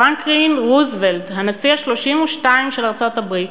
פרנקלין רוזוולט, הנשיא ה-32 של ארצות-הברית,